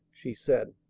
she said.